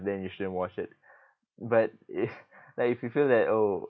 then you shouldn't watch it but if like if you feel that oh